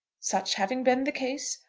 such having been the case,